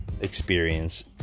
experience